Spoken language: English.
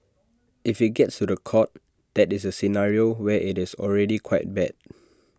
if IT gets to The Court that is A scenario where IT is already quite bad